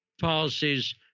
policies